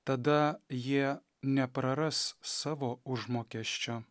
tada jie nepraras savo užmokesčio